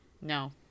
no